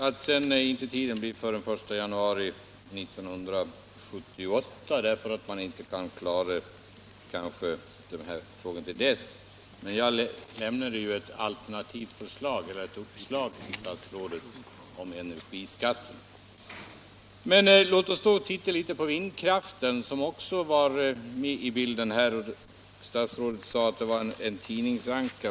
Att tidpunkten sedan inte infaller förrän 1 januari 1978 är ju beklagligt, men jag lämnade ju statsrådet ett uppslag i fråga om energiskatten. Låt oss då titta litet på frågan om vindkraften som också fanns med i bilden. Statsrådet sade att det var en tidningsanka.